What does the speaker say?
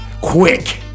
quick